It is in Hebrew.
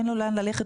אין לו לאן ללכת,